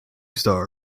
star